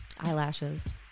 eyelashes